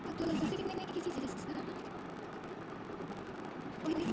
मेंहा खातू माटी के लगई म तो कोसिस करथव के गोबर खातू मिलय खेत ल कहिके